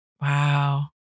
Wow